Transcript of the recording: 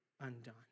undone